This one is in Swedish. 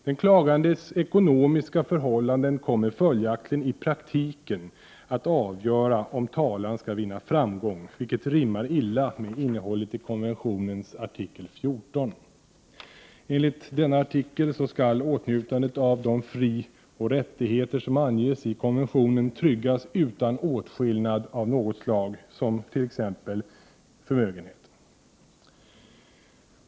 Den klagandes ekonomiska förhållanden kommer följaktligen i praktiken att vara avgörande för om talan skall vinna framgång, vilket rimmar illa med innehållet i konventionens artikel 14. Enligt denna artikel skall åtnjutandet av de frioch rättigheter som anges i konventionen tryggas utan åtskillnad av något slag — t.ex. förmögenhet.